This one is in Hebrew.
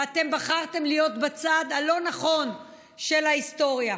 ואתם בחרתם להיות בצד הלא-נכון של ההיסטוריה.